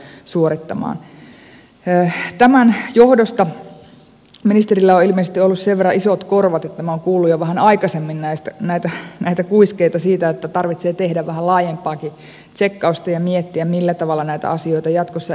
tämän johdosta ministerillä on ilmeisesti ollut sen verran isot korvat että minä olen kuullut jo vähän aikaisemmin näitä kuiskeita siitä että tarvitsee tehdä vähän laajempaakin tsekkausta ja miettiä millä tavalla näitä asioita jatkossa eteenpäin viedään